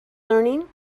learning